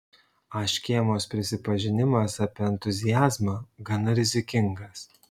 a škėmos prisipažinimas apie entuziazmą gana rizikingas